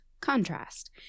contrast